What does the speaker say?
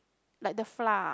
like the flour